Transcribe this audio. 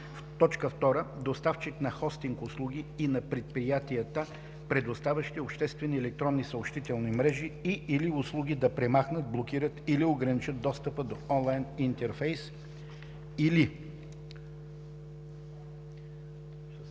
2. доставчик на хостинг услуги и на предприятията, предоставящи обществени електронни съобщителни мрежи и/или услуги да премахнат, блокират или ограничат достъпа до онлайн интерфейс, или“